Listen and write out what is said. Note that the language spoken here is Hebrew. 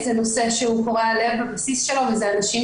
זה נושא שהוא קורע לב בבסיס שלו וזה אנשים